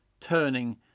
turning